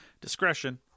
Discretion